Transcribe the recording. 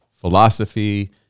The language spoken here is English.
philosophy